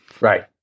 Right